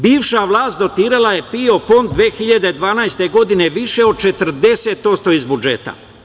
Bivša vlast dotirala je PIO Fond 2012. godine više od 40% iz budžeta.